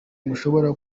mushobora